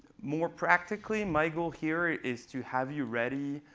more practically, my goal here is to have you ready.